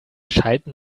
schalten